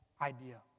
idea